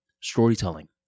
storytelling